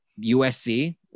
usc